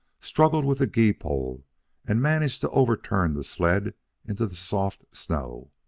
struggled with the gee-pole and managed to overturn the sled into the soft snow.